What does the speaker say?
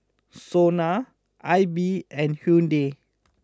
Sona Aibi and Hyundai